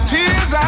Tears